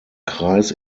kreis